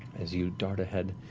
as you dart ahead,